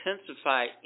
intensify